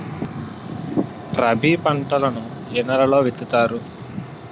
రబీ పంటలను ఏ నెలలో విత్తుతారు?